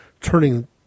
turning